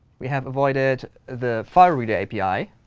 we have avoided the file reader api,